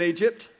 Egypt